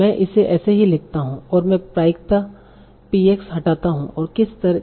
मैं इसे ऐसे ही लिखता हूं और मैं प्रायिकता P x हटाता हूं और किस इस तरह से